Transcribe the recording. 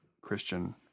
Christian